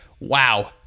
Wow